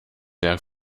der